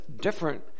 different